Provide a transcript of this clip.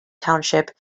township